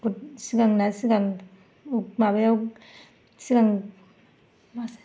सिगांना सिगां माबायाव सिगां